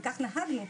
וכך נהגנו.